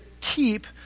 keep